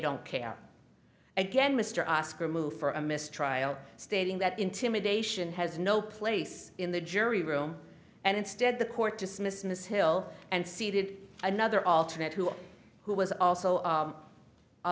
don't care again mr oscar move for a mistrial stating that intimidation has no place in the jury room and instead the court dismissed miss hill and seated another alternate who who was also